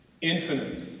infinite